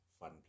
fun